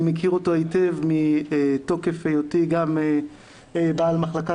אני מכיר אותו היטב מתוקף היותי גם בעל מחלקה